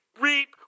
reap